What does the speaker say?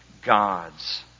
gods